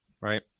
right